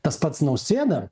tas pats nausėda